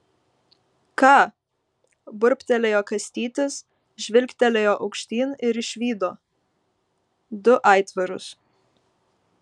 ką burbtelėjo kastytis žvilgtelėjo aukštyn ir išvydo du aitvarus